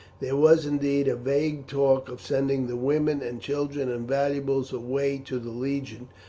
there was, indeed, a vague talk of sending the women and children and valuables away to the legion,